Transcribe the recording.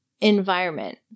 environment